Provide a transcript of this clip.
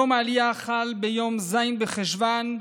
יום העלייה חל ביום ז' בחשוון,